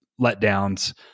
letdowns